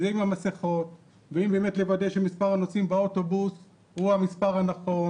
כי זה עם המסכות ועם לוודא שמספר הנוסעים באוטובוס הוא המספר הנכון,